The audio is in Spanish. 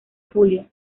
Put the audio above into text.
julio